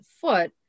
foot